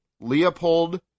Leopold